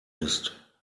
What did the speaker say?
ist